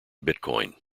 bitcoin